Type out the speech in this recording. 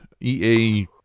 EA